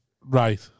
right